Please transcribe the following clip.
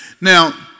Now